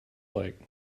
like